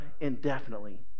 indefinitely